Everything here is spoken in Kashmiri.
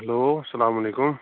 ہیٚلو سَلام علیکُم